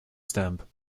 stamp